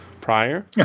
prior